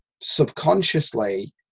subconsciously